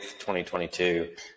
2022